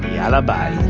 yalla bye